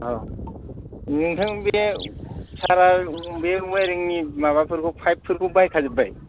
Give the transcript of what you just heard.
औ नोंथां बे सारा बे अयेरिंनि माबाफोरखौ पाइपफोरखौ बायखाजोबबाय